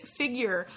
figure